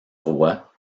roi